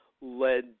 led